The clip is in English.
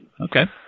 Okay